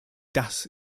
dass